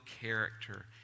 character